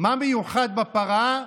מה מיוחד בפרה,